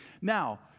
Now